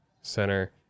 center